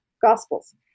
Gospels